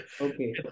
okay